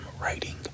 writing